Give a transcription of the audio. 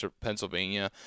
Pennsylvania